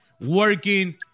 working